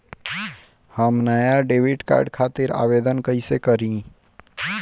हम नया debit card खातिर आवेदन कईसे करी?